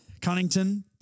Cunnington